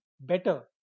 better